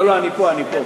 לא, לא, אני פה, אני פה.